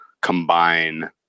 combine